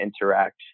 interact